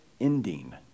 ending